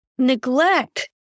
neglect